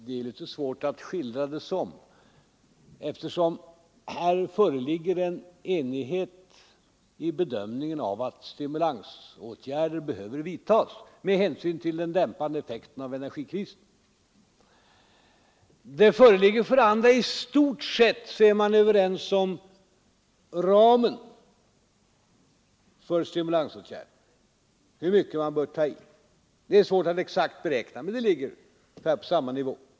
Det är litet svårt att skildra det som en sådan, eftersom här för det första föreligger enighet i bedömningen att stimulansåtgärder behöver vidtas med hänsyn till den dämpande effekten av energikrisen. För det andra är man i stort sett överens om ramen för stimulansåtgärderna — hur mycket man bör ta i. Det är svårt att exakt beräkna, men bedömningarna ligger ungefär på samma nivå.